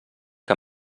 que